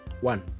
One